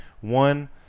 One